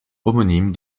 homonyme